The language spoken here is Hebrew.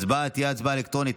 ההצבעה תהיה אלקטרונית.